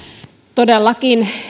todellakin